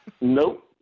Nope